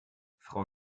frau